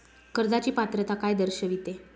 कर्जाची पात्रता काय दर्शविते?